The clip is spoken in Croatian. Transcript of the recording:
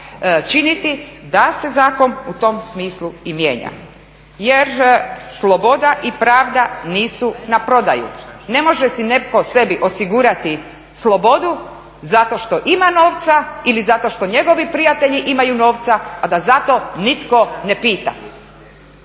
činiti da se zakon u tom smislu i mijenja. Jer sloboda i pravda nisu na prodaju. Ne može si netko sebi osigurati slobodu zato što ima novca ili zato što njegovi prijatelji imaju novca a da za to nitko ne pita.